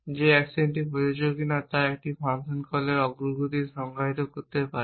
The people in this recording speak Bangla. যে অ্যাকশনটি প্রযোজ্য কিনা আমরা একটি ফাংশন কলের অগ্রগতি সংজ্ঞায়িত করতে পারি